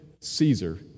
Caesar